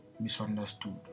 misunderstood